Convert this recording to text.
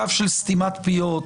קו של סתימת פיות,